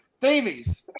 Davies